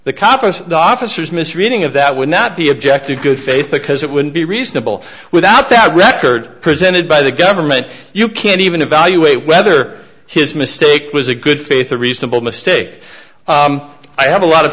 compas officers misreading of that would not be objective good faith because it wouldn't be reasonable without the record presented by the government you can't even evaluate whether his mistake was a good faith a reasonable mistake i have a lot of